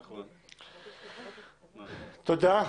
תודה.